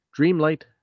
dreamlight